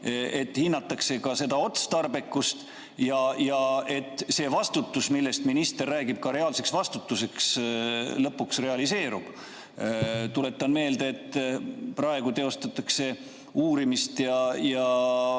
et hinnatakse ka seda otstarbekust ja et see vastutus, millest minister räägib, ka reaalseks vastutuseks lõpuks realiseerub. Tuletan meelde, et praegu teostatakse uurimist ja